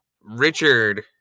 Richard